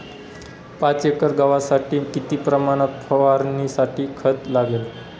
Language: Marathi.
पाच एकर गव्हासाठी किती प्रमाणात फवारणीसाठी खत लागेल?